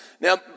Now